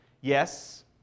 Yes